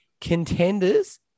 Contenders